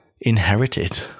inherited